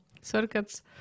circuits